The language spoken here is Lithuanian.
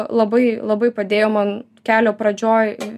labai labai padėjo man kelio pradžioj